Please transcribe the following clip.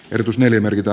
erotus eli merkitä